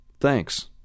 Thanks